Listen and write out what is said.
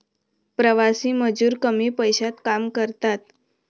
प्रवासी मजूर कमी पैशात काम करतात